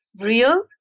real